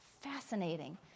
fascinating